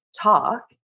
talk